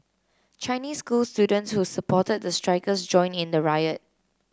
Chinese school students who supported the strikers joined in the riot